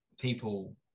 People